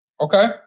Okay